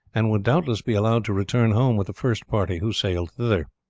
and would doubtless be allowed to return home with the first party who sailed thither.